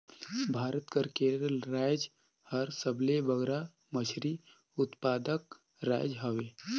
भारत कर केरल राएज हर सबले बगरा मछरी उत्पादक राएज हवे